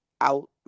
out